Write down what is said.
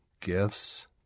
gifts